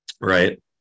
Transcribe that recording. right